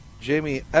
Jamie